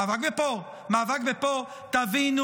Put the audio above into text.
מאבק פה ומאבק פה, תבינו: